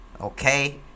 Okay